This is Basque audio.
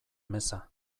meza